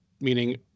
meaning